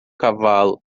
cavalo